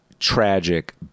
tragic